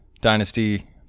dynasty